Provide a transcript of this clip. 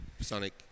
Sonic